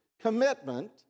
commitment